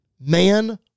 man